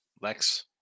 Lex